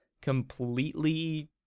completely